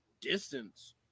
distance